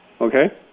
Okay